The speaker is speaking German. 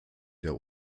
der